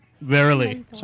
Verily